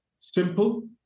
simple